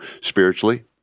spiritually